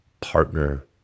partner